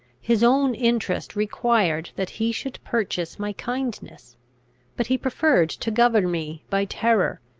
his own interest required that he should purchase my kindness but he preferred to govern me by terror,